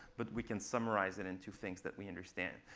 but we can summarize it into things that we understand.